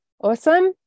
awesome